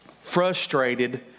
frustrated